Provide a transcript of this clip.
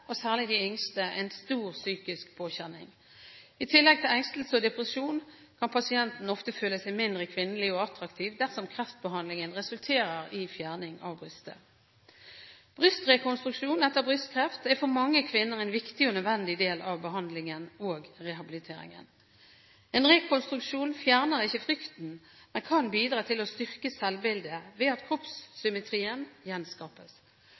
og særlig de yngste, en stor psykisk påkjenning. I tillegg til engstelse og depresjon kan pasienten ofte føle seg mindre kvinnelig og attraktiv dersom kreftbehandlingen resulterer i fjerning av brystet. Brystrekonstruksjon etter brystkreft er for mange kvinner en viktig og nødvendig del av behandlingen og rehabiliteringen. En rekonstruksjon fjerner ikke frykten, men kan bidra til å styrke selvbildet ved at kroppssymmetrien gjenskapes.